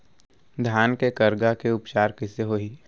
धान के करगा के उपचार कइसे होही?